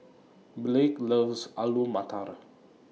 Blake loves Alu Matar